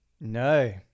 No